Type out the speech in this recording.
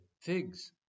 figs